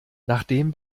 nachdem